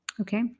Okay